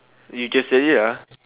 you just said it ah